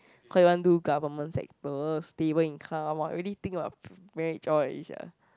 cause he want to do government sector stable income !woah! already think about marriage all already sia